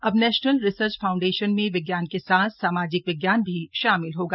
अब national research foundation में विज्ञान के साथ सामाजिक विज्ञान भी शामिल होगा